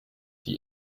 die